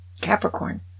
capricorn